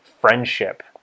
friendship